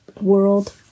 world